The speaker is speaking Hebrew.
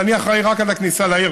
ואני אחראי רק לכניסה לעיר,